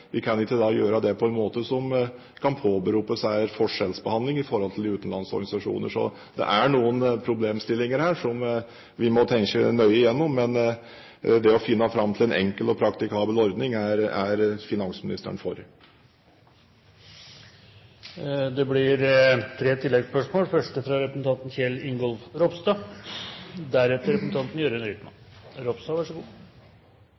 vi ikke kan gjøre det på en måte som gjør at de kan påberope seg forskjellsbehandling i forhold til de utenlandske organisasjonene. Det er noen problemstillinger her som vi må tenke nøye igjennom, men det å finne fram til en enkel og praktikabel ordning er finansministeren for. Det blir tre oppfølgingsspørsmål – først Kjell Ingolf Ropstad.